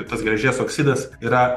tas geležies oksidas yra